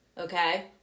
okay